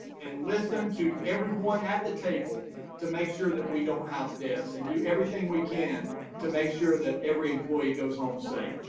and listen to everyone at the table to make sure that we don't have deaths, and do everything we can to make sure that every employee goes home safe.